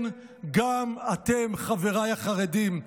כן, גם אתם, חבריי החרדים,